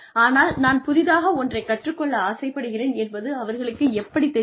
ஆனால் நான் புதிதாக ஒன்றைக் கற்றுக் கொள்ள ஆசைப்படுகிறேன் என்பது அவர்களுக்கு எப்படித் தெரியும்